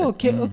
Okay